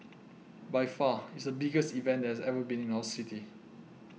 by far it's the biggest event that has ever been in our city